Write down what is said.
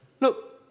Look